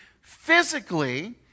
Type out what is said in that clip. physically